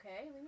okay